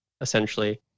essentially